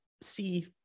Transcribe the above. see